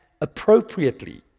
appropriately